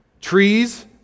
trees